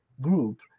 group